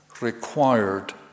required